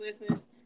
listeners